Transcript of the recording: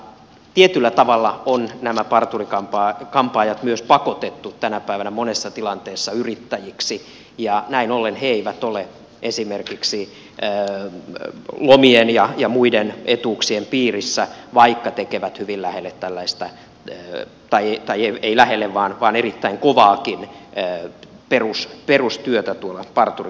tietyllä tavalla nämä parturi kampaajat on myös pakotettu tänä päivänä monessa tilanteessa yrittäjiksi ja näin ollen he eivät ole esimerkiksi lomien ja muiden etuuksien piirissä vaikka tekevät hyvin lähelle tällaista ei vaihtajia ei lähelle vaan päivittäin kuva erittäin kovaakin perustyötä tuolla parturi kampaamoissa